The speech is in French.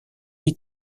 les